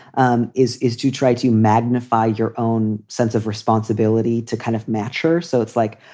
um is is to try to magnify your own sense of responsibility to kind of matcher. so it's like,